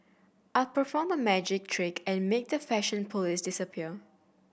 I'll perform a magic trick and make the fashion police disappear